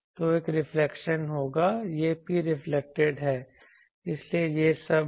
तो एक रिफ्लेक्शन होगा यह Preflected है इसलिए यह सब है